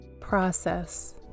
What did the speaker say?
process